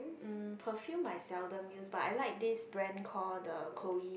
um perfume I seldom use but I like this brand call the Chloe